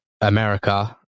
America